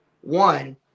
One